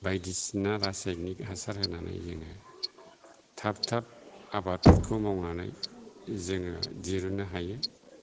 बायदिसिना रासायनिक हासार होनानै जोङो थाब थाब आबादफोरखौ मावनानै जोङो दिरुननो हायो